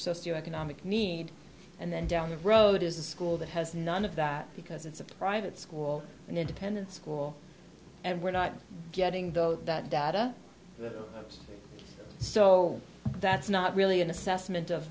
socioeconomic need and then down the road is a school that has none of that because it's a private school an independent school and we're not getting those that data so that's not really an assessment of